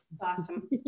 Awesome